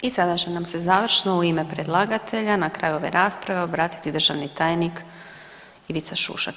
I sada će nam se završno u ime predlagatelja na kraju ove rasprave obratiti državni tajnik Ivica Šušak.